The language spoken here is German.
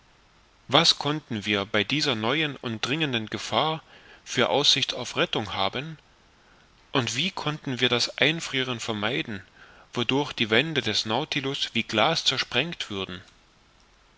was konnten wir bei dieser neuen und dringenden gefahr für aussicht auf rettung haben und wie konnten wir das einfrieren vermeiden wodurch die wände des nautilus wie glas zersprengt würden